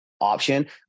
option